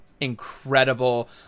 incredible